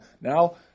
Now